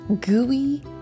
gooey